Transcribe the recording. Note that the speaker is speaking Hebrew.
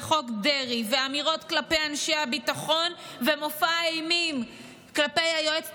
וחוק דרעי ואמירות כלפי אנשי הביטחון ומופע האימים כלפי היועצת